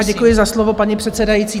Děkuji za slovo, paní předsedající.